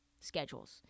schedules